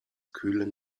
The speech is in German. kühlen